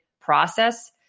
process